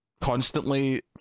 constantly